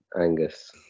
Angus